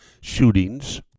shootings